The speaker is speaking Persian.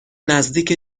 نزدیک